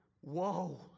whoa